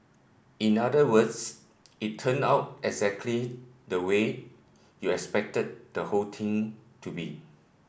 in other words it turned out exactly the way you expected the whole thing to be